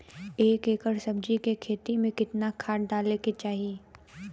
एक एकड़ सब्जी के खेती में कितना खाद डाले के चाही?